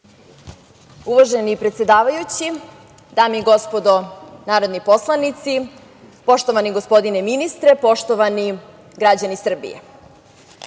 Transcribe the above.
Uvaženi predsedavajući, dame i gospodo narodni poslanici, poštovani gospodine ministre, poštovani građani Srbije,